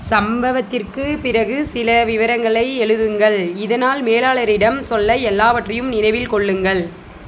சம்பவத்திற்குப் பிறகு சில விவரங்களை எழுதுங்கள் இதனால் மேலாளரிடம் சொல்ல எல்லாவற்றையும் நினைவில் கொள்ளுங்கள்